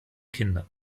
kinder